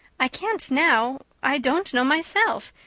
i can't now. i don't know myself.